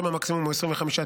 שם המקסימום הוא 21 ימים,